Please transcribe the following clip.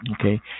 Okay